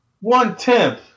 one-tenth